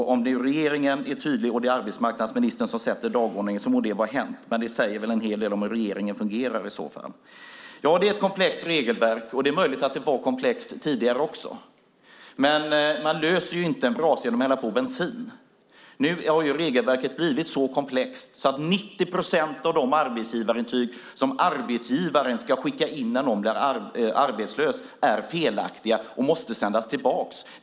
Om nu regeringen är tydlig och det är arbetsmarknadsministern som sätter dagordningen må det vara hänt, men det säger väl en hel del om hur regeringen fungerar. Det är ett komplext regelverk, och det är möjligt att det var komplext tidigare också. Men man släcker inte en brasa genom att hälla på bensin. Nu har regelverket blivit så komplext att 90 procent av de arbetsgivarintyg som arbetsgivaren skickar in när någon blir arbetslös är felaktiga och måste sändas tillbaka.